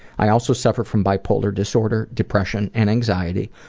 i also suffer from bipolar disorder, depression and anxiety,